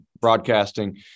broadcasting